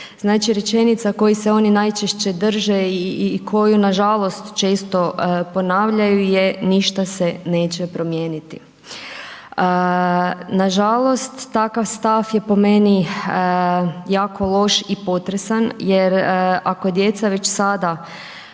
Znači rečenica koje se oni najčešće drže i koju nažalost često ponavljaju je ništa se neće promijeniti. Nažalost takav stav je po meni jako loš i potresan jer ako djeca već sada